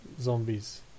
zombies